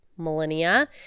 millennia